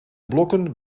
blokken